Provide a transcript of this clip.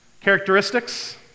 characteristics